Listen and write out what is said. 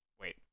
Wait